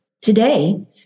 Today